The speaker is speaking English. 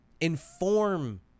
inform